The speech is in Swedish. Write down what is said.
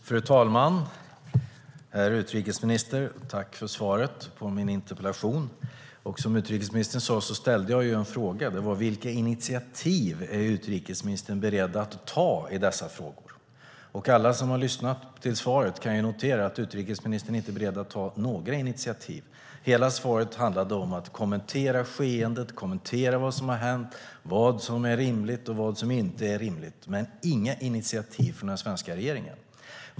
Fru talman! Herr utrikesminister! Jag tackar för svaret på min interpellation. Som utrikesministern sade ställde jag frågan vilka initiativ utrikesministern var beredd att ta i dessa frågor. Alla som lyssnade till svaret kunde notera att utrikesministern inte var beredd att ta några initiativ. Hela svaret handlade om att kommentera skeendet, kommentera vad som har hänt, vad som är rimligt och vad som inte är rimligt - men inga initiativ från den svenska regeringen.